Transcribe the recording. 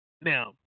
Now